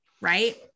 Right